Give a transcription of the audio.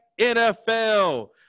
NFL